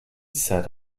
sat